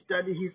study